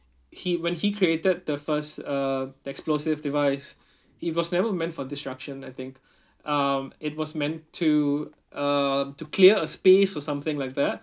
he when he created the first uh the explosive device it was never meant for destruction I think um it was meant to uh to clear a space or something like that